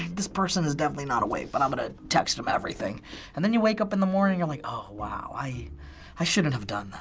this person is definitely not awake, but i'm gonna text them everything and then you wake up in the morning, you're like, oh wow, i i shouldn't have done that.